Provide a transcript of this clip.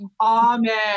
amen